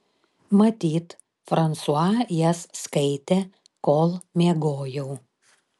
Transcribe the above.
matyt fransua jas skaitė kol miegojau